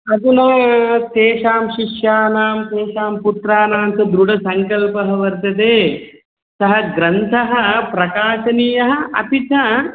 अधुना तेषां शिष्याणां तेषां पुत्राणां च दृढसङ्कल्पः वर्तते सः ग्रन्थः प्रकाशनीयः अपि च